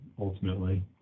ultimately